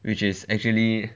which is actually